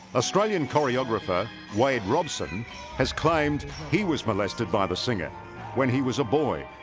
australian choreographer wade robson has claimed he was molested by the singer when he was a boy